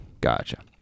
Gotcha